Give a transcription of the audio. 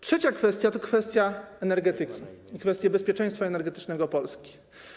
Trzecia kwestia to kwestia energetyki i kwestie bezpieczeństwa energetycznego Polski.